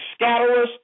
scatterers